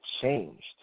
changed